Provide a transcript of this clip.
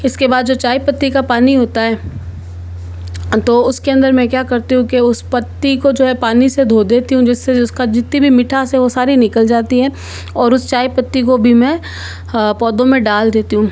उसके बाद जो चायपत्ती का पानी होता है तो उसके अंदर मैं क्या करती हूँ कि उस पत्ती को जो है पानी से धो देती हूँ जिससे जिसका जितनी भी मिठास है वह सारी निकल जाती है और उस चाय पत्ती को भी मैं पौधों में डाल देती हूँ